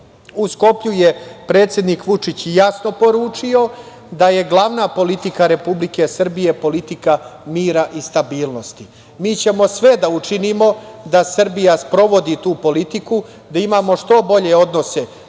Skoplju je predsednik Vučić jasno poručio da je glavna politika Republike Srbije politika mira i stabilnosti. Mi ćemo sve da učinimo da Srbija sprovodi tu politiku, da imamo što bolje odnose i